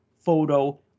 photo